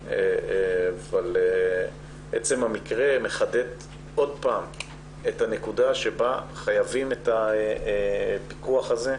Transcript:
אבל עצם המקרה מחדד שוב את הנקודה שבה חייבים את הפיקוח הזה.